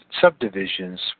subdivisions